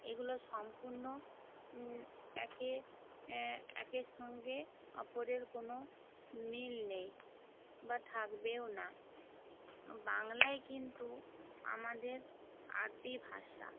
এগুলো সম্পূর্ণ একে একের সঙ্গে অপরের কোনো মিল নেই বা থাকবেও না বাংলাই কিন্তু আমাদের আদি ভাষা